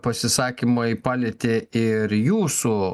pasisakymai palietė ir jūsų